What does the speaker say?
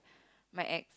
my ex